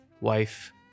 wife